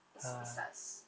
it it sucks